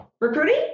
Recruiting